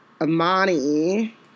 Amani